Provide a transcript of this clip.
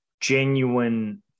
genuine